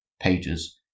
pages